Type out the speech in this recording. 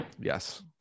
yes